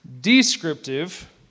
descriptive